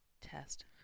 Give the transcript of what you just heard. test